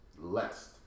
less